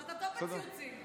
אתה טוב בציוצים.